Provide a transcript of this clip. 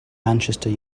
manchester